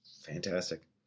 Fantastic